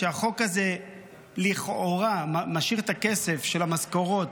שהחוק הזה לכאורה משאיר את הכסף של המשכורות,